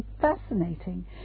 fascinating